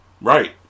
Right